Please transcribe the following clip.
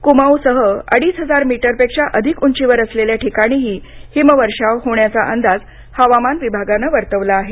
कुमाऊ सह अडीच हजार मीटरपेक्षा अधिक उंचीवर असलेल्या ठिकाणीही हिमवर्षाव होण्याचा अंदाज हवामान विभागानं वर्तवला आहे